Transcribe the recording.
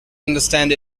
understand